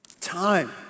Time